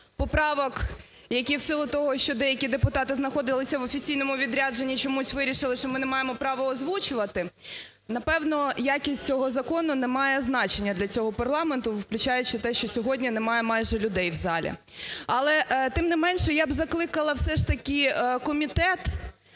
поправок, які в силу того, що деякі депутати знаходилися в офіційному відрядженні, чомусь вирішили, що ми не маємо права озвучувати. Напевно, якість цього закону не має значення для цього парламенту, включаючи те, що сьогодні немає майже людей в залі. Але, тим не менше, я б закликала все ж таки комітет